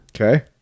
Okay